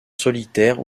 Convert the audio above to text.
solitaires